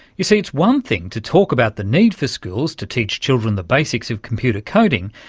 you see, it's one thing to talk about the need for schools to teach children the basics of computer coding,